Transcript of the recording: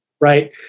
Right